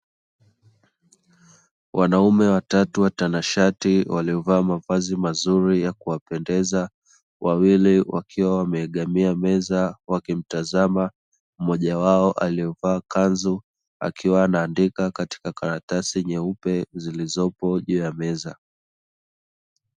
Wanaume watatu watanashati waliovaa mavazi mazuri ya kuwapendeza; wawili wakiwa wameegemea meza wakimtazama mmoja wao aliye vaaa kanzu akiwa anaandika karatasi nyeupe zilizopo juu ya meza.